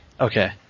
Okay